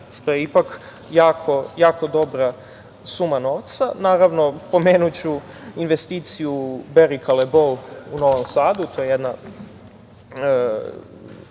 što je ipak jako dobra suma novca. Naravno, spomenuću investiciju Bari Kalebo u Novom Sadu. To je jedna